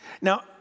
Now